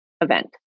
event